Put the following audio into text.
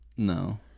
No